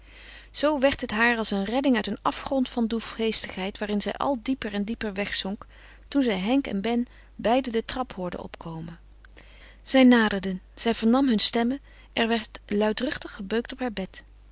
zoo werd het haar als een redding uit een afgrond van droefgeestigheid waarin zij al dieper en dieper wegzonk toen zij henk en ben beiden de trap hoorde opkomen zij naderden zij vernam hun stemmen er werd luidruchtig gebeukt op haar deur